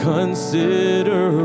Consider